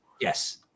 yes